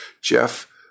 Jeff